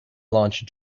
launch